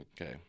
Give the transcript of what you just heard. Okay